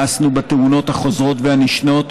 מאסנו בתאונות החוזרות ונשנות,